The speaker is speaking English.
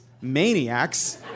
maniacs